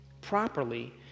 properly